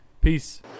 Peace